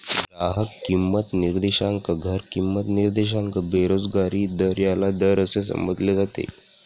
ग्राहक किंमत निर्देशांक, घर किंमत निर्देशांक, बेरोजगारी दर याला दर असे संबोधले जाते